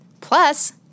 Plus